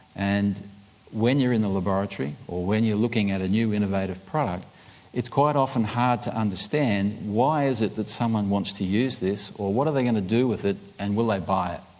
and when you're in the laboratory or when you're looking at a new innovative product it's quite often hard to understand why is it that someone wants to use this or what are they going to do with it and will they buy it.